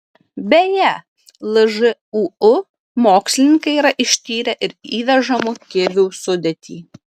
beje lžūu mokslininkai yra ištyrę ir įvežamų kivių sudėtį